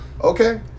Okay